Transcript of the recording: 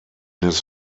his